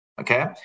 Okay